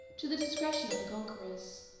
to the discretion of the conquerors.